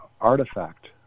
artifact